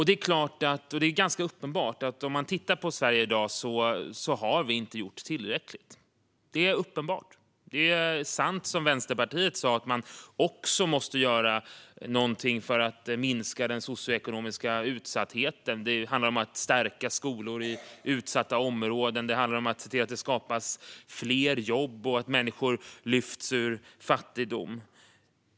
Det är ganska uppenbart att vi i Sverige i dag inte har gjort tillräckligt. Det är sant, som Vänsterpartiet sa, att vi också måste göra någonting för att minska den socioekonomiska utsattheten. Det handlar om att stärka skolor i utsatta områden, att se till att det skapas fler jobb och att människor lyfts ur fattigdom.